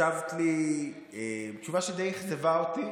השבת לי תשובה שדי אכזבה אותי